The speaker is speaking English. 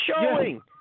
showing